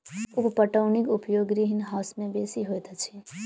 उप पटौनीक उपयोग ग्रीनहाउस मे बेसी होइत अछि